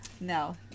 no